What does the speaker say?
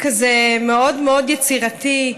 כזה מאוד מאוד יצירתי,